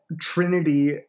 Trinity